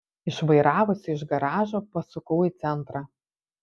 išvairavusi iš garažo pasukau į centrą